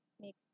make